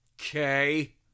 Okay